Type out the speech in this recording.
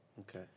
Okay